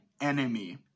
enemy